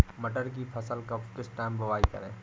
मटर की फसल का किस टाइम बुवाई करें?